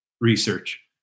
research